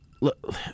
look